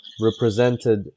represented